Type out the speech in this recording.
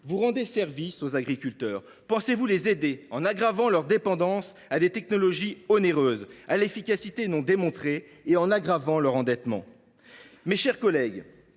vous rendez service aux agriculteurs ? Pensez vous les aider en aggravant leur dépendance à des technologies onéreuses à l’efficacité non démontrée et en creusant leur endettement ? Mes chers collègues,